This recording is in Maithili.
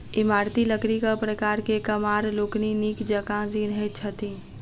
इमारती लकड़ीक प्रकार के कमार लोकनि नीक जकाँ चिन्हैत छथि